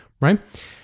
right